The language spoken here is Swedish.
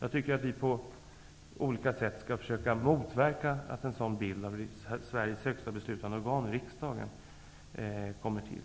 Jag tycker att vi på olika sätt skall försöka motverka att en sådan bild av Sveriges högsta beslutande organ, riksdagen, kommer till.